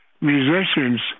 musicians